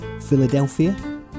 Philadelphia